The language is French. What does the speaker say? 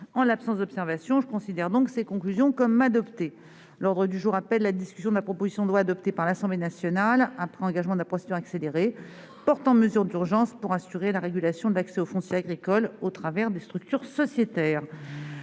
l'impact de cette concentration sur la démocratie ». L'ordre du jour appelle la discussion de la proposition de loi, adoptée par l'Assemblée nationale après engagement de la procédure accélérée, portant mesures d'urgence pour assurer la régulation de l'accès au foncier agricole au travers de structures sociétaires